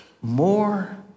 more